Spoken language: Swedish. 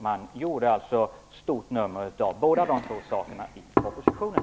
Man gjorde stort nummer av båda de frågorna i propositionen.